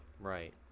right